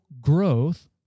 growth